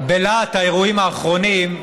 בלהט האירועים האחרונים,